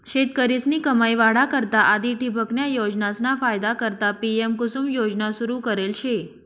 शेतकरीस्नी कमाई वाढा करता आधी ठिबकन्या योजनासना फायदा करता पी.एम.कुसुम योजना सुरू करेल शे